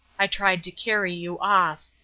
i tried to carry you off.